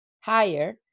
higher